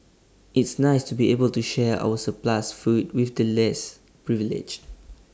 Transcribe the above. it's nice to be able to share our surplus food with the less privileged